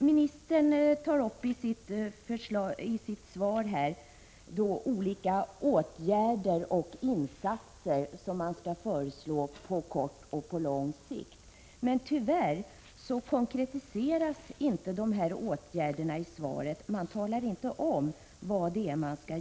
Ministern tar i sitt svar upp olika åtgärder och insatser som man skall föreslå på kort och på lång sikt. Men tyvärr konkretiseras inte dessa åtgärder i svaret.